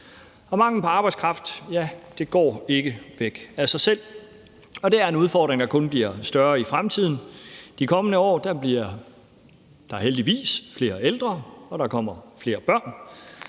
Manglen på arbejdskraft går ikke væk af sig selv, og det er en udfordring, der kun bliver større i fremtiden. De kommende år bliver der heldigvis flere ældre, og der kommer flere børn,